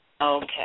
Okay